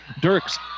Dirks